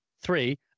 three